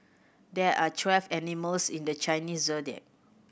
there are twelve animals in the Chinese Zodiac